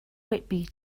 whitby